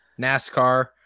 NASCAR